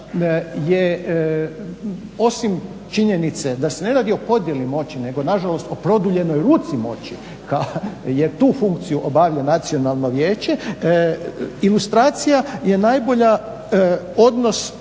je osim činjenice da se ne radi o podjeli moći nego nažalost o produljenoj ruci moći jer tu funkciju obavlja nacionalno vijeće, ilustracija je najbolja odnos